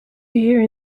here